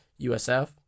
USF